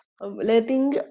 letting